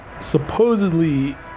supposedly